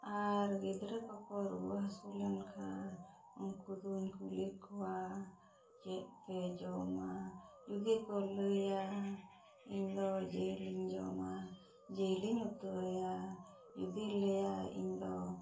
ᱟᱨ ᱜᱤᱫᱽᱨᱟᱹ ᱠᱚ ᱠᱚ ᱨᱩᱣᱟᱹ ᱦᱟᱹᱥᱩ ᱞᱮᱱᱠᱷᱟᱱ ᱩᱱᱠᱩ ᱫᱩᱧ ᱠᱩᱞᱤ ᱠᱚᱣᱟ ᱪᱮᱫ ᱯᱮ ᱡᱚᱢᱟ ᱡᱩᱫᱤ ᱠᱚ ᱞᱟᱹᱭᱟ ᱤᱧ ᱫᱚ ᱡᱤᱞᱤᱧ ᱡᱚᱢᱟ ᱡᱤᱞᱤᱧ ᱩᱛᱩ ᱟᱭᱟ ᱡᱚᱫᱤ ᱞᱮᱭᱟᱭ ᱤᱧ ᱫᱚ